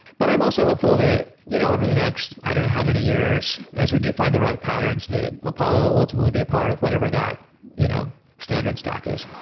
but i'm also hopeful that you know over the next i don't how many years, as we do find the right patterns that apollo will ultimately be a part of whatever that you know standard stack is